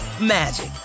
magic